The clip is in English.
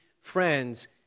friends